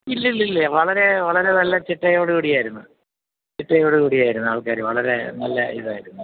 ഇല്ലില്ലില്ല വളരെ വളരെ നല്ല ചിട്ടയോട് കൂടിയായിരുന്നു ചിട്ടയോടു കൂടിയായിരുന്നു ആൾക്കാർ വളരെ നല്ല ഇതായിരുന്നു